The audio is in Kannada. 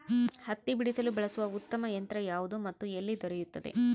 ಹತ್ತಿ ಬಿಡಿಸಲು ಬಳಸುವ ಉತ್ತಮ ಯಂತ್ರ ಯಾವುದು ಮತ್ತು ಎಲ್ಲಿ ದೊರೆಯುತ್ತದೆ?